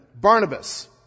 Barnabas